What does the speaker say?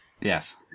Yes